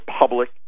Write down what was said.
public